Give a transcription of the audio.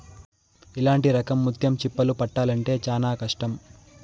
ఇట్లాంటి రకం ముత్యం చిప్పలు పట్టాల్లంటే చానా కష్టం